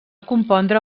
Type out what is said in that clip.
compondre